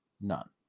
none